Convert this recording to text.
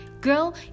girl